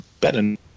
better